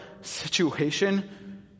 situation